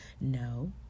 no